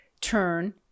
turn